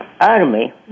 army